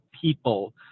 people